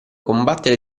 combattere